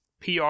PR